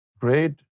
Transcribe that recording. great